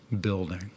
building